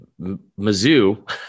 Mizzou